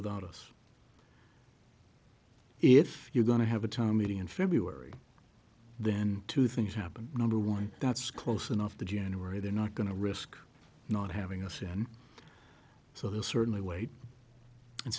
without us if you're going to have a time meeting in february then two things happen number one that's close enough to january they're not going to risk not having us and so there's certainly weight and